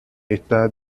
está